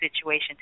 situation